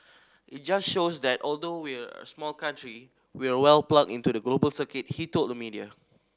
it just shows that although we're a small country we're well plugged into the global circuit he told the media